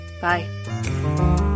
bye